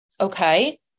Okay